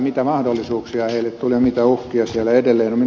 mitä mahdollisuuksia heille tuli ja mitä uhkia siellä edelleen on